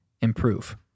improve